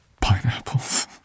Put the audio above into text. Pineapples